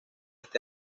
este